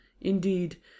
Indeed